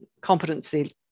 competency